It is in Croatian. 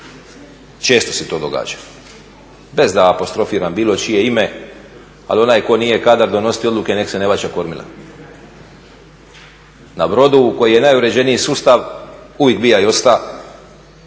često se to događa, bez da apostrofiram bilo čije ime, ali onaj ko nije kadar donositi odluke nek se ne vaća kormila. Na brodu koji je najuređeniji sustav uvijek bio i ostao,